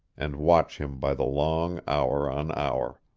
and watch him by the long hour on hour.